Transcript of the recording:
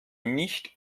nicht